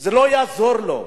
זה לא יעזור לו.